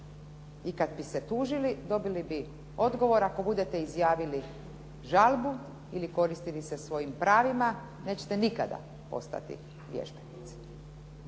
i kad bi se tužili dobili bi odgovor ako budete izjavili žalbu ili koristili se svojim pravima nećete nikada postati vježbenici.